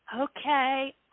Okay